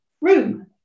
room